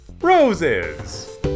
Roses